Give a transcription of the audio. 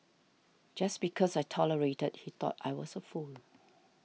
just because I tolerated he thought I was a fool